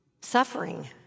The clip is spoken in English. suffering